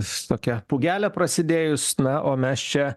su tokia pugele prasidėjus na o mes čia